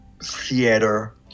theater